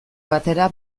batera